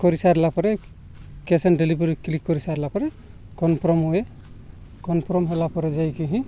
କରିସାରିଲା ପରେ cash on delivery click କରିସାରିଲା ପରେ କନଫର୍ମ ହୁଏ କନଫର୍ମ ହେଲା ପରେ ଯାଇକି ହିଁ